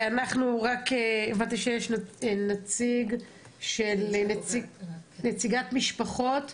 הבנתי שיש נציגת משפחות,